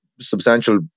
substantial